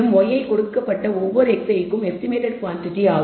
மேலும் yi கொடுக்கப்பட்ட ஒவ்வொரு xi க்கும் எஸ்டிமேடட் குவாண்டிடி